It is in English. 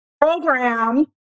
program